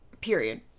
Period